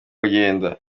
kugenda